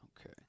Okay